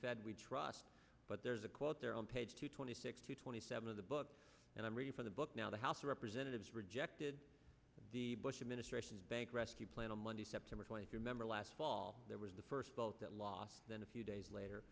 fed we trust but there's a quote there on page two twenty six to twenty seven of the book and i'm reading from the book now the house of representatives rejected the bush administration's bank rescue plan on monday september twenty third member last fall there was the first vote that last then a few days later